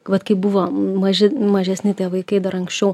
vat kai buvo maži mažesni tie vaikai dar anksčiau